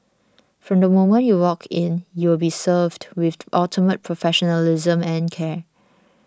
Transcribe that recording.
from the moment you walk in you will be served with ultimate professionalism and care